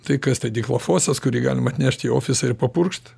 tai kas tai dichlofosas kurį galima atnešt į ofisą ir papurkšt